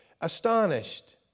astonished